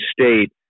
State